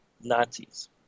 Nazis